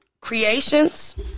creations